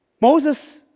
Moses